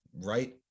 right